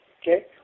Okay